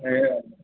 ए हजुर